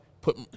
put